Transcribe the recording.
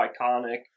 iconic